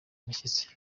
imishyitsi